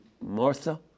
Martha